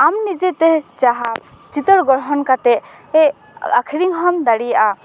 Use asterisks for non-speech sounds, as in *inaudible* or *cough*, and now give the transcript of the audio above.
ᱟᱢ ᱱᱤᱡᱮᱛᱮ ᱡᱟᱦᱟᱸ ᱪᱤᱛᱟᱹᱨ ᱜᱚᱲᱦᱚᱱ ᱠᱟᱛᱮᱜ *unintelligible* ᱟᱠᱷᱨᱤᱧ ᱦᱚᱸᱢ ᱫᱟᱲᱮᱭᱟᱜᱼᱟ